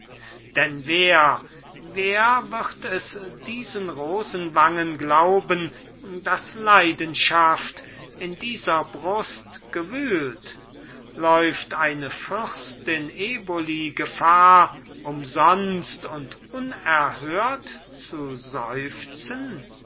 denn wer wer wird es diesen rosenwangen glauben daß leidenschaft in dieser brust gewühlt läuft eine fürstin eboli gefahr umsonst und unerhört zu seufzen